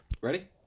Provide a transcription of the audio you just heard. Ready